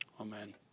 Amen